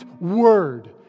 word